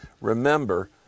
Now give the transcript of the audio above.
remember